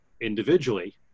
individually